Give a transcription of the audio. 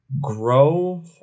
grow